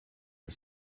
the